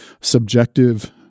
subjective